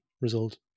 result